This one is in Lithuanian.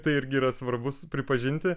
tai irgi yra svarbus pripažinti